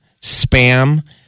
spam